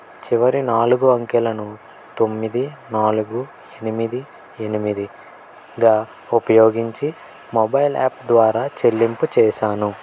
చివరి నాలుగు అంకెలను తొమ్మిది నాలుగు ఎనిమిది ఎనిమిదిగా ఉపయోగించి మొబైల్ యాప్ ద్వారా చెల్లింపు చేశాను